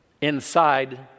inside